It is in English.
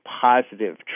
positive